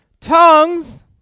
tongues